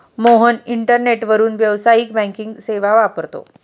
मोहन इंटरनेटवरून व्यावसायिक बँकिंग सेवा वापरतो